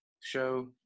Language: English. show